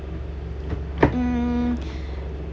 um